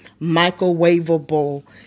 microwavable